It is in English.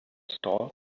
stalls